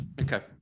Okay